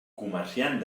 comerciant